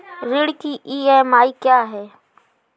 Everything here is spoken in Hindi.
ऋण की ई.एम.आई क्या है?